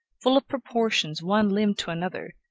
full of proportions, one limb to another,